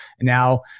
now